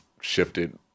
shifted